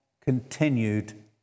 continued